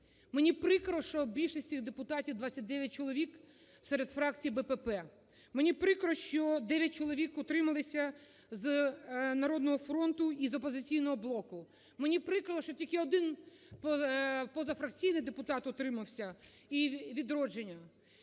Мені прикро, що більшість цих депутатів, 29 чоловік, серед фракції БПП. Мені прикро, що 9 чоловік утрималися з "Народного фронту" і з "Опозиційного блоку". Мені прикро, що тільки 1 позафракційний депутат утримався і "Відродження".